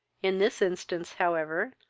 in this instance, however,